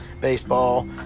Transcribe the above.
baseball